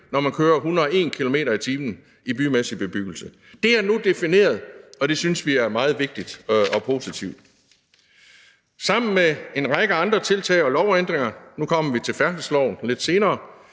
når man kører 101 km/t. i bymæssig bebyggelse. Det er nu defineret, og det synes vi er meget vigtigt og positivt. Sammen med en række andre tiltag og lovændringer – nu kommer vi til færdselsloven lidt senere